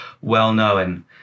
well-known